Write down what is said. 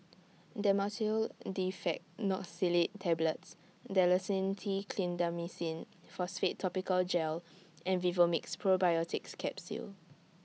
Dhamotil Diphenoxylate Tablets Dalacin T Clindamycin Phosphate Topical Gel and Vivomixx Probiotics Capsule